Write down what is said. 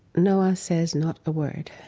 noah says not a word